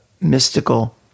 mystical